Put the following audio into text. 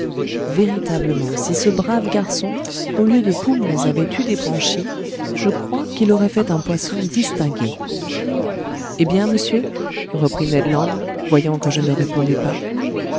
véritablement si ce brave garçon au lieu de poumons avait eu des branchies je crois qu'il aurait fait un poisson distingué eh bien monsieur reprit ned land voyant que je ne répondais pas